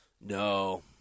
No